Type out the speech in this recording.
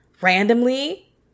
randomly